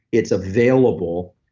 it's available,